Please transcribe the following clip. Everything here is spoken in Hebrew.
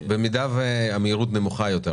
במידה והמהירות נמוכה יותר,